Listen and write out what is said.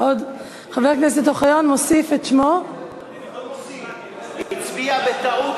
ההצעה עברה ותעבור לדיון בוועדת הכלכלה.